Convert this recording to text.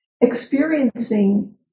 Experiencing